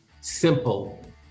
simple